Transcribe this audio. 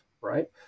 right